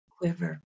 quiver